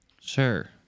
Sure